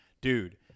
dude